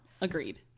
Agreed